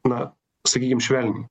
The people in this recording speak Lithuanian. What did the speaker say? na sakykim švelniai